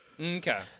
okay